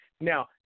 Now